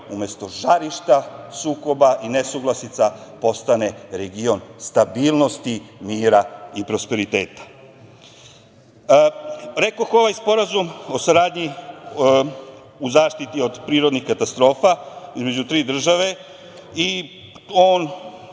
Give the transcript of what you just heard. umesto žarišta sukoba i nesuglasica postane region stabilnosti, mira i prosperiteta. Rekoh, ovaj sporazum o saradnji u zaštiti od prirodnih katastrofa, između tri države, on